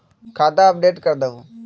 खाता अपडेट करदहु?